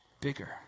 bigger